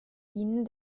dienen